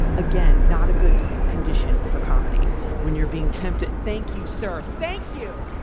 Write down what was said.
and again, not a good condition for comedy when you're being tempted thank you, sir. thank you.